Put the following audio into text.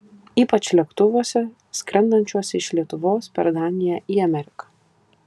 ypač lėktuvuose skrendančiuose iš lietuvos per daniją į ameriką